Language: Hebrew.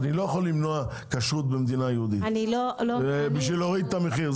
אני לא יכול למנוע כשרות במדינה יהודית בשביל להוריד את המחיר,